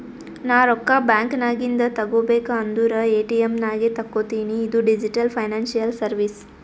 ನಾ ರೊಕ್ಕಾ ಬ್ಯಾಂಕ್ ನಾಗಿಂದ್ ತಗೋಬೇಕ ಅಂದುರ್ ಎ.ಟಿ.ಎಮ್ ನಾಗೆ ತಕ್ಕೋತಿನಿ ಇದು ಡಿಜಿಟಲ್ ಫೈನಾನ್ಸಿಯಲ್ ಸರ್ವೀಸ್